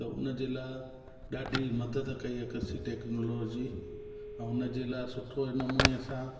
त उन जे लाइ ॾाढी मदद कई आहे कृषि टैक्नोलॉजी ऐं उन जे लाइ सुठो ई नमूने सां